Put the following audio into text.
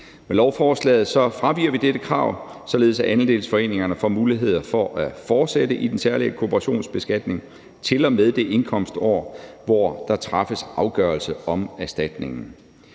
Med lovforslaget fraviger vi dette krav, således at andelsforeningerne får muligheder for at fortsætte i den særlige kooperationsbeskatning til og med det indkomstår, hvor der træffes afgørelse om erstatningen.